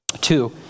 two